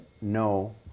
no